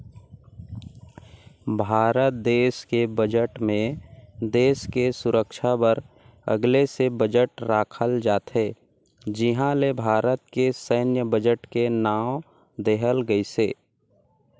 भारत देस के बजट मे देस के सुरक्छा बर अगले से बजट राखल जाथे जिहां ले भारत के सैन्य बजट के नांव देहल गइसे